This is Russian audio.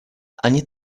они